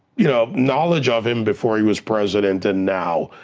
you know knowledge of him before he was president and now,